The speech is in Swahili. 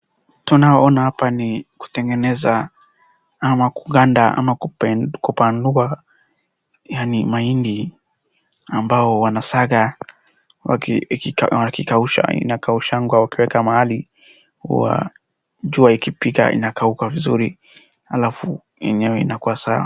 Tunaoona hapa ni kutengeneza ama kuganda ama kupandua yaani mahindi, ambao wanasaga wakikausha, inakaushwanga wakiweka mahali, huwa jua ikipiga inakauka vizuri halafu yenyewe inakuwa sawa.